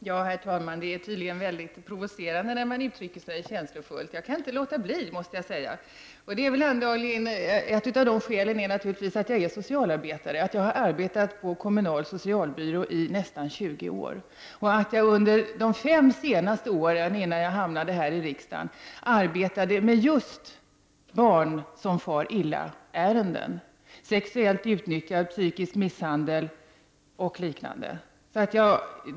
Herr talman! Det är tydligen provocerande när man uttrycker sig känslofullt. Jag kan inte låta bli att göra det. Ett skäl till detta är naturligtvis att jag är socialarbetare. Jag har arbetat på kommunal socialbyrå i nästan 20 år. Under de fem sista åren innan jag kom till riksdagen arbetade jag just med ärenden som handlar om barn som far illa. Det kan gälla sexuellt utnyttjande, psykisk misshandel och liknande.